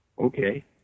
okay